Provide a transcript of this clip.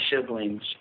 siblings